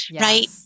right